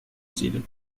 zealand